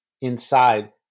inside